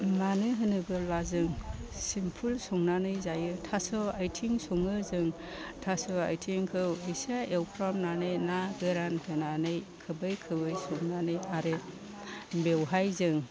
मानो होनोब्ला जों सिम्पोल संनानै जायो थास' आथिं सङो जों थास' आथिंखौ इसे एवफ्रामनानै ना गोरान होनानै खोबै खोबै संनानै आरो बेवहाय जों